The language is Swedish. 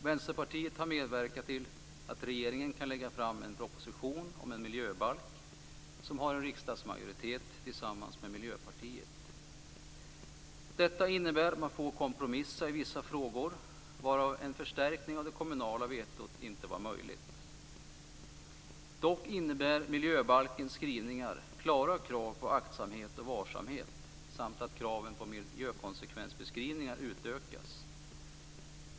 Vänsterpartiet har medverkat till att regeringen kan lägga fram en proposition om en miljöbalk som stöds av en riksdagsmajoritet tillsammans med Miljöpartiet. Detta innebär att man får kompromissa i vissa frågor, vilket gör att en förstärkning av det kommunala vetot inte var möjlig. Dock innebär miljöbalkens skrivningar klara krav på aktsamhet och varsamhet samt att kraven på miljökonsekvensbeskrivningar utökas.